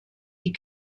die